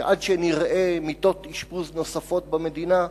שעד שנראה מיטות אשפוז נוספות במדינה,